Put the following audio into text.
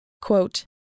Quote